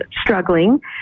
struggling